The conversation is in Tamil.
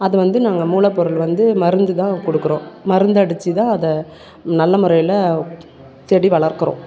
அது வந்து நாங்கள் மூலப்பொருள் வந்து மருந்து தான் கொடுக்குறோம் மருந்தடிச்சு தான் அதை நல்ல முறையில செடி வளர்க்கிறோம்